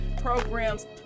programs